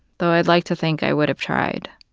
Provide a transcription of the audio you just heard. though, i'd like to think i would have tried